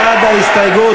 ההסתייגות